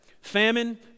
Famine